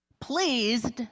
pleased